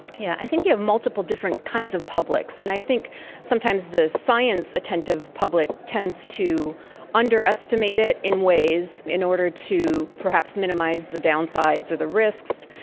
yeah i think you have multiple different kinds of publics, and i think sometimes the science-attentive public tends to underestimate it in ways in order to perhaps minimise the downsides or the risks,